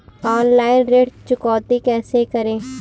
Online ऋण चुकौती कैसे करें?